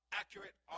accurate